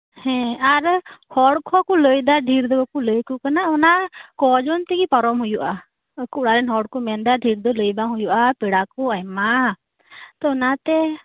ᱦᱮᱸ ᱟᱨ ᱦᱚᱲᱠᱚᱦᱚᱸ ᱠᱩ ᱞᱟᱹᱭᱫᱟ ᱰᱷᱤᱨᱫᱚ ᱵᱟᱠᱩ ᱞᱟᱹᱭᱟᱠᱩ ᱠᱟᱱᱟ ᱠᱚᱡᱚᱱ ᱛᱮᱜᱤ ᱯᱟᱨᱚᱢ ᱦᱩᱭᱩᱜᱼᱟ ᱟᱠᱩ ᱚᱲᱟᱜᱨᱮᱱ ᱦᱚᱲᱠᱩ ᱢᱮᱱᱫᱟ ᱰᱷᱮᱨ ᱫᱚ ᱞᱟᱹᱭ ᱵᱟᱝ ᱦᱩᱭᱩᱜ ᱟ ᱯᱮᱲᱟᱠᱩ ᱟᱭᱢᱟ ᱛᱚ ᱚᱱᱟᱛᱮ